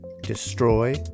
destroy